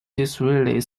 disraeli